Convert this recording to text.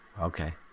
Okay